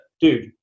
dude